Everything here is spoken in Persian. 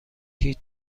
هیچ